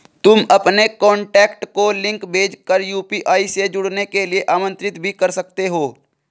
तुम अपने कॉन्टैक्ट को लिंक भेज कर यू.पी.आई से जुड़ने के लिए आमंत्रित भी कर सकते हो